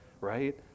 Right